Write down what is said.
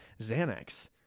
Xanax